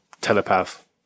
telepath